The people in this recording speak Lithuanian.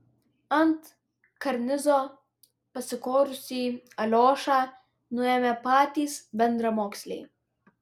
ant karnizo pasikorusį aliošą nuėmė patys bendramoksliai